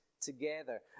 together